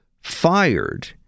fired